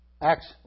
Acts